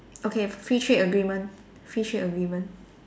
okay free trade agreement free trade agreement